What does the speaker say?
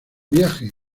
viaje